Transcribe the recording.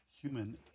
Human